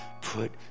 put